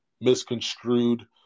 misconstrued